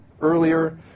earlier